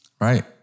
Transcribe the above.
Right